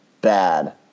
bad